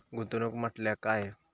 गुंतवणूक म्हटल्या काय?